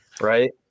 right